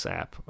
app